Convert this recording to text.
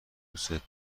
دوستت